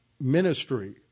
ministry